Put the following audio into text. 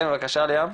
כן בבקשה ליאם.